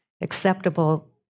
acceptable